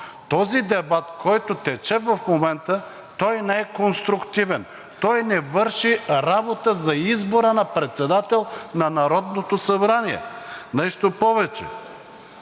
този дебат, който тече в момента, той не е конструктивен, той не върши работа за избора на председател на Народното събрание. Нещо повече,